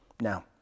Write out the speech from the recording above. Now